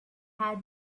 had